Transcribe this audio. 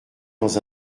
dans